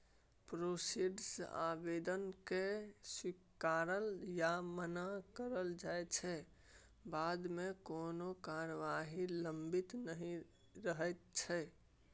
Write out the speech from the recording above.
processed आबेदनकेँ स्वीकारल या मना कएल जाइ छै बादमे कोनो कारबाही लंबित नहि रहैत छै